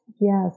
Yes